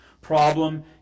Problem